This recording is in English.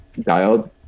dialed